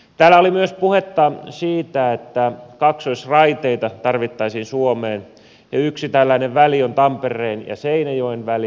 täällä oli myös puhetta siitä että kaksoisraiteita tarvittaisiin suomeen ja yksi tällainen väli on tampereen ja seinäjoen väli